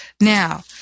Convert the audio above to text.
now